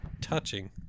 touching